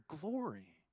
glory